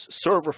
server